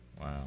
Wow